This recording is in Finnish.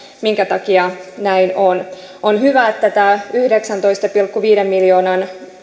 minkä takia näin on on hyvä että tätä yhdeksäntoista pilkku viiden miljoonan